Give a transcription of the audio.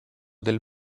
del